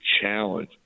challenge